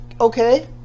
okay